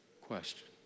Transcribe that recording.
question